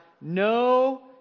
no